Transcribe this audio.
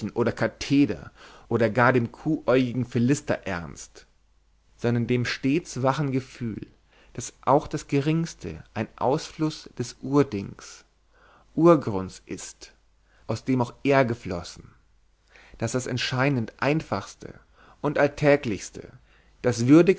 oder katheder oder gar dem kuhäugigen philisterernst sondern dem stets wachen gefühl daß auch das geringste ein ausfluß des urdings urgrunds ist aus dem auch er geflossen daß das anscheinend einfachste und alltäglichste das